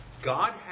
God